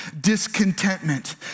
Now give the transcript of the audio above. discontentment